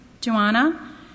Joanna